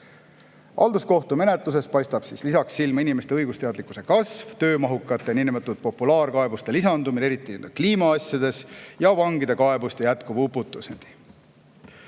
Halduskohtumenetluses paistab lisaks silma inimeste õigusteadlikkuse kasv, töömahukate niinimetatud populaarkaebuste lisandumine, eriti kliimaasjades, ja vangide kaebuste jätkuv uputus.